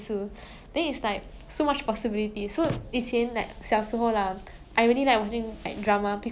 ya ya ya you know how sometimes when your parents scold you so to you why they angry